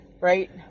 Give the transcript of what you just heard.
right